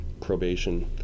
probation